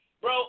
Bro